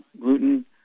gluten